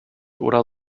oder